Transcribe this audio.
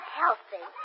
healthy